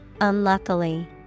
unluckily